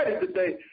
today